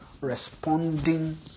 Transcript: responding